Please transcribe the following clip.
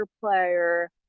player